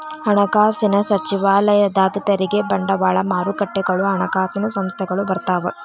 ಹಣಕಾಸಿನ ಸಚಿವಾಲಯದಾಗ ತೆರಿಗೆ ಬಂಡವಾಳ ಮಾರುಕಟ್ಟೆಗಳು ಹಣಕಾಸಿನ ಸಂಸ್ಥೆಗಳು ಬರ್ತಾವ